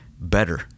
better